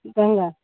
Ganga